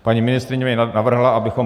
Paní ministryně mi navrhla, abychom